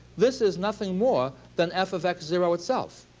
this is nothing more than f of x zero itself.